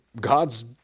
God's